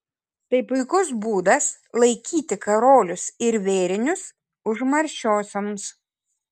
tai puikus būdas laikyti karolius ir vėrinius užmaršiosioms